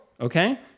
Okay